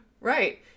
Right